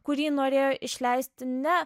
kurį norėjo išleisti ne